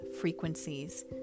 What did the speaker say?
frequencies